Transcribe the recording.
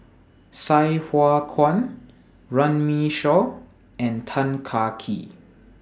Sai Hua Kuan Runme Shaw and Tan Kah Kee